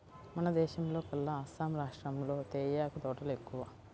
మన దేశంలోకెల్లా అస్సాం రాష్టంలో తేయాకు తోటలు ఎక్కువ